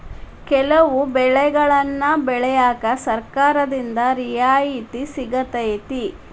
ಕೆಲವು ಬೆಳೆಗನ್ನಾ ಬೆಳ್ಯಾಕ ಸರ್ಕಾರದಿಂದ ರಿಯಾಯಿತಿ ಸಿಗತೈತಿ